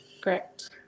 Correct